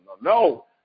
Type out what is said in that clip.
no